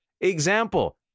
Example